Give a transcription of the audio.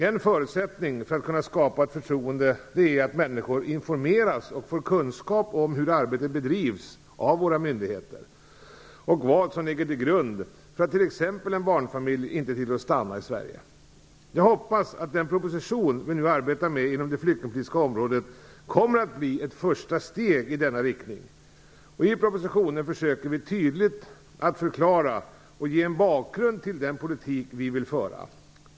En förutsättning för att kunna skapa ett förtroende är att människor informeras och får kunskap om hur arbetet bedrivs av våra myndigheter och vad som ligger till grund för att t.ex. en barnfamilj inte tillåts stanna i Sverige. Jag hoppas att den proposition som vi nu arbetar med inom det flyktingpolitiska området blir ett första steg i denna riktning. I propositionen försöker vi tydligt förklara och ge en bakgrund till den politik som vi vill föra.